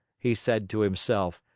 he said to himself.